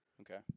okay